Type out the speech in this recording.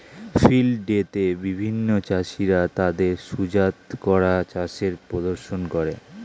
field day তে বিভিন্ন চাষীরা তাদের সুজাত করা চাষের প্রদর্শন করে